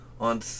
On